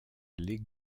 les